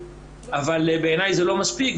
אבל בעיניי זה לא מספיק,